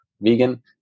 vegan